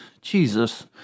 Jesus